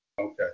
Okay